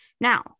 Now